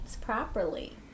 properly